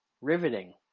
riveting